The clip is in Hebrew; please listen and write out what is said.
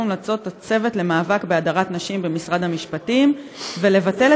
ההמלצות של הצוות למאבק בהדרת נשים במשרד המשפטים ולבטל